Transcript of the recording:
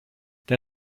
der